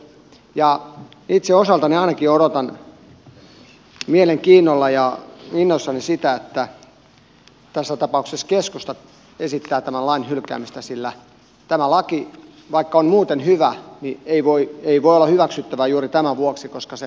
itse osaltani ainakin odotan mielenkiinnolla ja innoissani sitä että tässä tapauksessa keskusta esittää tämän lain hylkäämistä sillä tämä laki vaikka on muuten hyvä ei voi olla hyväksyttävä juuri tämän vuoksi koska se